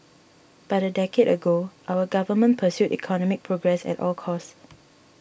but a decade ago our Government pursued economic progress at all costs